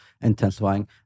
intensifying